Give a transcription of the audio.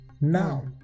Now